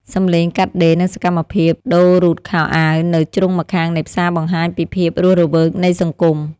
សំឡេងកាត់ដេរ និងសកម្មភាពដូររ៉ូតខោអាវនៅជ្រុងម្ខាងនៃផ្សារបង្ហាញពីភាពរស់រវើកនៃសង្គម។